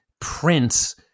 Prince